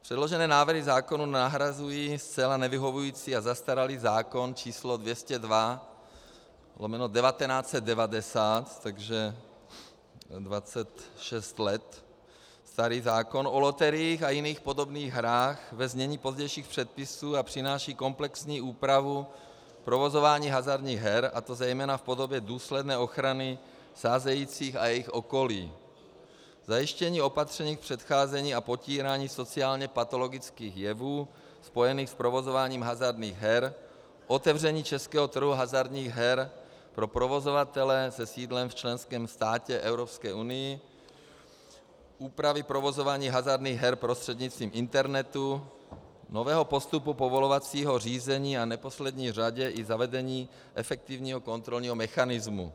Předložené návrhy zákonů nahrazují zcela nevyhovující a zastaralý zákon č. 202/1990 Sb., takže 26 let starý zákon o loteriích a jiných podobných hrách, ve znění pozdějších předpisů, a přináší komplexní úpravu provozování hazardních her, a to zejména v podobě důsledné ochrany sázejících a jejich okolí, zajištění opatření k předcházení a potírání sociálněpatologických jevů spojených s provozováním hazardních her, otevření českého trhu hazardních her pro provozovatele se sídlem v členském státě Evropské unie, úpravy provozování hazardních her prostřednictvím internetu, nového postupu povolovacího řízení a v neposlední řadě i zavedení efektivního kontrolního mechanismu.